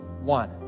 one